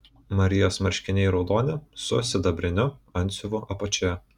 marijos marškiniai raudoni su sidabriniu antsiuvu apačioje